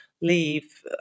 leave